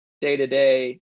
day-to-day